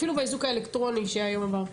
אפילו באיזוק האלקטרוני שהיום עבר.